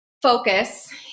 Focus